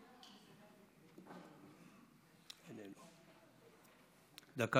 דקה